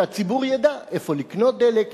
שהציבור ידע איפה לקנות דלק,